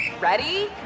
Ready